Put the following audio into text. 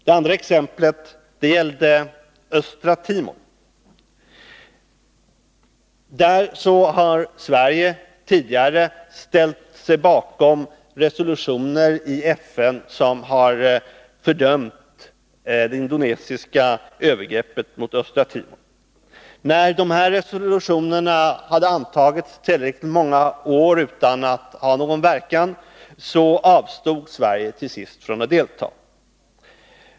Mitt andra exempel gällde Östra Timor. Sverige har tidigare ställt sig bakom resolutioner i FN som har fördömt det indonesiska övergreppet mot Östra Timor. När sådana resolutioner antagits under många år utan att ha någon verkan, avstod Sverige till sist från att delta.